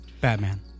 Batman